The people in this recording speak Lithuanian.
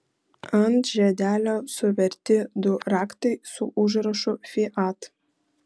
ant žiedelio suverti du raktai su užrašu fiat